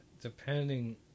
depending